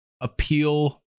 appeal